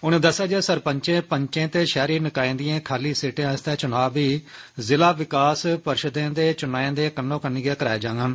उनें दस्सेआ जे सरपंचें पंचें ते शैहरी निकाएं दिएं खाली सीटें आस्तै चुनां बी जिला विकास परिषदें दे चुनाएं दे कन्नै गै कराए जांगन